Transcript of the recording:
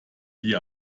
wie